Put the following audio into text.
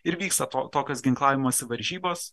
ir vyksta to tokios ginklavimosi varžybos